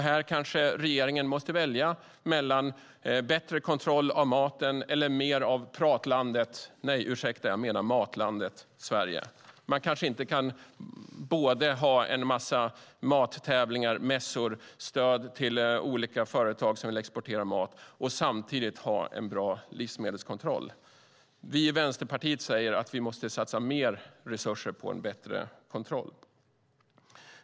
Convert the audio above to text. Här kanske regeringen måste välja mellan bättre kontroll av mat och mer av pratlandet - nej, ursäkta, jag menar Matlandet Sverige. Man kanske inte kan ha en massa mattävlingar och mässor och stöd till olika företag som vill exportera mat och samtidigt ha en bra livsmedelskontroll. Vi i Vänsterpartiet säger att vi måste satsa mer resurser på en bättre kontroll.